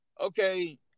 Okay